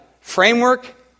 framework